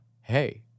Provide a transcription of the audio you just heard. Hey